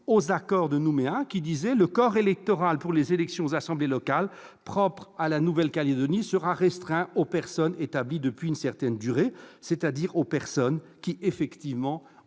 à l'accord de Nouméa, lequel stipulait que le corps électoral pour les élections aux assemblées locales propres à la Nouvelle-Calédonie serait restreint aux personnes établies depuis une certaine durée, c'est-à-dire à celles qui, effectivement,